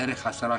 בערך 10,